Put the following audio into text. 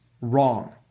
wrong